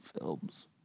films